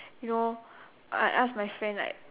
you know I ask my friend right